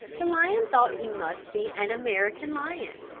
the lion thought he must be an american lion.